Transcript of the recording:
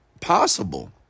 possible